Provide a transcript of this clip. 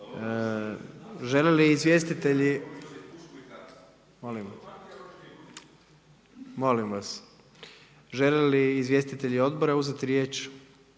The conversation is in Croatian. žele li izvjestitelji odbora uzeti riječ?